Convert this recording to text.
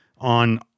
on